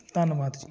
ਧੰਨਵਾਦ ਜੀ